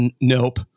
Nope